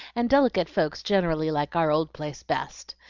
and delicate folks generally like our old place best,